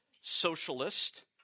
socialist